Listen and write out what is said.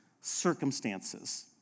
circumstances